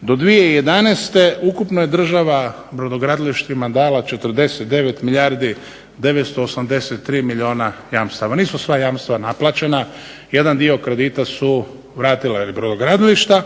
do 2011. ukupno je država brodogradilištima dala 49 milijardi 983 milijuna jamstava. Nisu sva jamstva naplaćena, jedan dio kredita su vratila ili brodogradilišta,